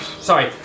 Sorry